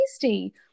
tasty